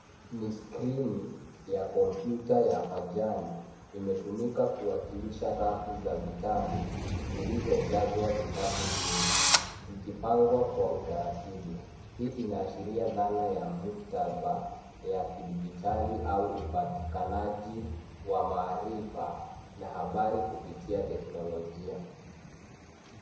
Ni skrini ya kompyuta ya pajani. Imetumika kuwakilisha rafu za vitabu zilizojazwa vitabu vingi, zikipangwa kwa utaratibu. Hii inaashiria dhana ya muktadha ya kidijitali au upatikanaji wa maarifa na habari kupitia teknolojia.